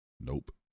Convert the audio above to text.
Nope